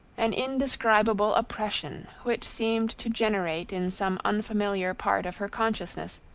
an indescribable oppression, which seemed to generate in some unfamiliar part of her consciousness,